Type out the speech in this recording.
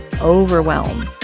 overwhelm